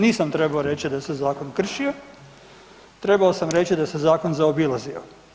Nisam trebao reći da se zakon kršio, trebao sam reći da se zakon zaobilazio.